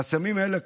חסמים אלה,